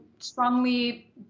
strongly